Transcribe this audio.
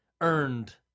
earned